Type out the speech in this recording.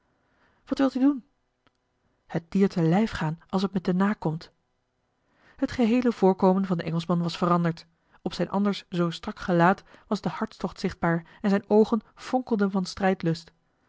wil u doen het dier te lijf gaan als het me te na komt het geheele voorkomen van den engelschman was veranderd op zijn anders zoo strak gelaat was de hartstocht zichtbaar en zijne oogen fonkelden van strijdlust